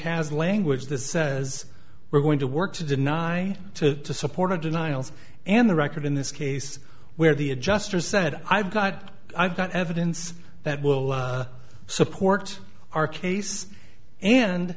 has language that says we're going to work to deny to support a denials and the record in this case where the adjuster said i've got i've got evidence that will support our case and